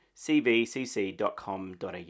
cvcc.com.au